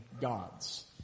gods